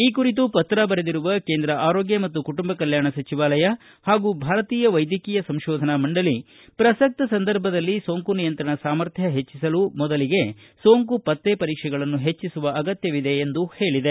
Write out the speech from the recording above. ಈ ಕುರಿತು ಪತ್ರ ಬರೆದಿರುವ ಕೇಂದ್ರ ಆರೋಗ್ಯ ಮತ್ತು ಕುಟುಂಬ ಕಲ್ಕಾಣ ಸಜಿವಾಲಯ ಪಾಗೂ ಭಾರತೀಯ ವೈದ್ಯಕೀಯ ಸಂಶೋಧನಾ ಮಂಡಳಿ ಪ್ರಸಕ್ತ ಸಂದರ್ಭದಲ್ಲಿ ಸೋಂಕು ನಿಯಂತ್ರಣ ಸಾಮರ್ಥ್ಯ ಪೆಚ್ಚಿಸಲು ಮೊದಲಿಗೆ ಸೋಂಕು ಪತ್ತೆ ಪರೀಕ್ಷೆಗಳನ್ನು ಹೆಚ್ಚಿಸುವ ಅಗತ್ಯವಿದೆ ಎಂದು ಹೇಳಿದೆ